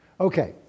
Okay